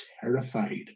terrified